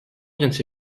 viennent